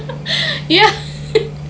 ya